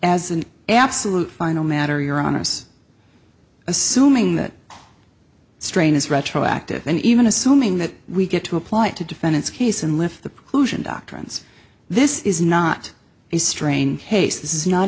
as an absolute final matter your honour's assuming that strain is retroactive and even assuming that we get to apply it to defendants case and lift the pollution doctrines this is not a strain case this is not